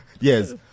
Yes